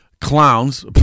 clowns